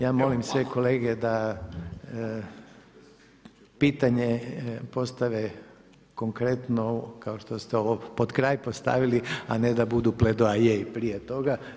Ja molim sve kolege da pitanje postave konkretno kao što ste ovo potkraj postavili a ne da bude pledoaje i prije toga.